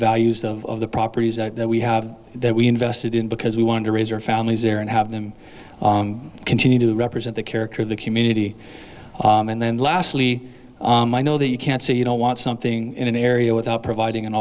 values of the properties that we have that we invested in because we want to raise our families there and have them continue to represent the character of the community and then lastly i know that you can't say you don't want something in an area without providing an